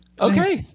Okay